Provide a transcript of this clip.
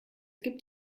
gibt